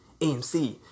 AMC